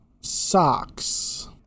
socks